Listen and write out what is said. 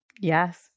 Yes